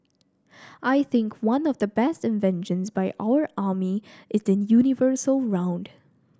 I think one of the best inventions by our army is the universal round